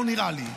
לא נראה לי.